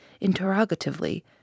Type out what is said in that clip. interrogatively